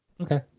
Okay